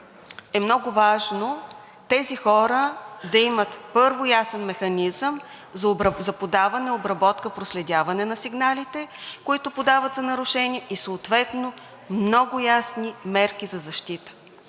е много важно тези хора да имат, първо, ясен механизъм за подаване, обработка и проследяване на сигналите, които подават за нарушения, и съответно много ясни мерки за защита.